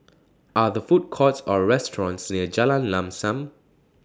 Are The Food Courts Or restaurants near Jalan Lam SAM